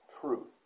truth